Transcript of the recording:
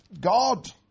God